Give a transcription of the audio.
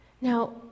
Now